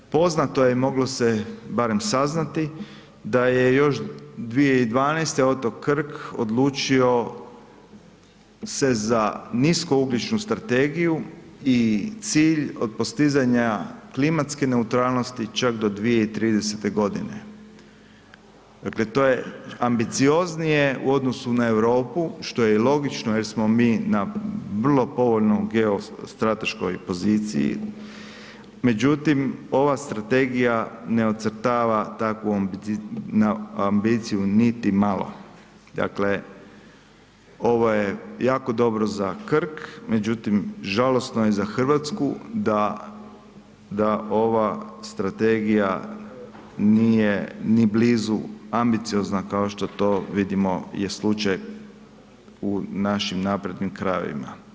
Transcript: Poznato je, moglo se barem saznati da je još 2012. otok Krk odlučio se za niskougljičnu strategiju i cilj od postizanja klimatske neutralnosti čak do 2030.g., dakle to je ambicioznije u odnosu na Europu, što je i logično jer smo mi na vrlo povoljnoj geostrateškoj poziciji, međutim ova strategija ne ocrtava takvu ambiciju niti malo, dakle ovo je jako dobro za Krk, međutim žalosno je za RH da, da ova strategija nije ni blizu ambiciozna kao što to vidimo je slučaj u našim naprednim krajevima.